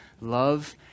Love